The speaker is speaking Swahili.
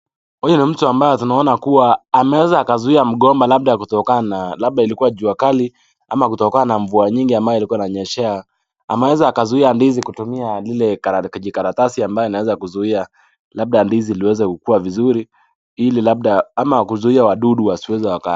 Mtu ni mtu ambaye tunaona kuwa ameeza akazuia mgomba labda kutokana na labda ilkuwa jua kali, au mvua nyingi ambaye ikuwa inanyeshea ,ameeza akazuia ndizi kutumia lile jikaratasi ambaye inaweza kuzuia labda ndizi liweze kukua vizuri ili labda, ama kuzuia wadudu wasiweze wakala.